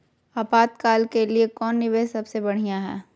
आपातकाल के लिए कौन निवेस सबसे बढ़िया है?